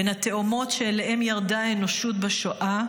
בין התהומות שאליהם ירדה האנושות בשואה,